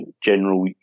general